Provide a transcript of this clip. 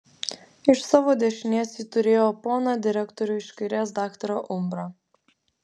iš savo dešinės ji turėjo poną direktorių iš kairės daktarą umbrą